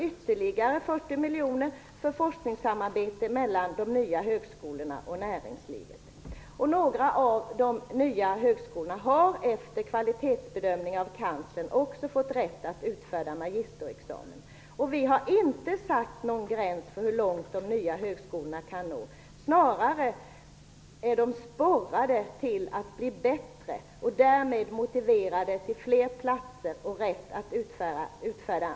Budgetåret 1994/95 Några av de nya högskolorna har efter kvalitetsbedömning av universitetskanslern dessutom fått rätt att utfärda magisterexamen. Vi har inte satt någon gräns för hur långt de nya högskolorna kan nå. Snarare sporras de att bli bättre och blir därmed motiverade att anordna fler platser och få rätt att utfärda examina.